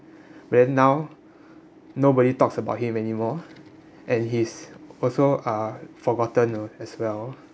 but then now nobody talks about him anymore and he's also uh forgotten n~ as well